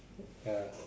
ya